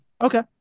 okay